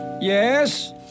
Yes